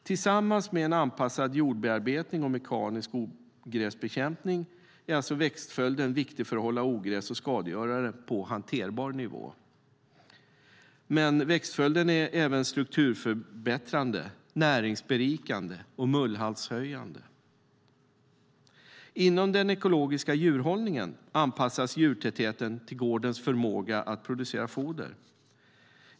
Tillsammans med en anpassad jordbearbetning och mekanisk ogräsbekämpning är växtföljden alltså viktig för att hålla ogräs och skadegörare på hanterbar nivå. Men växtföljden är även strukturförbättrande, näringsberikande och mullhaltshöjande. Inom den ekologiska djurhållningen anpassas djurtätheten till gårdens förmåga att producera foder.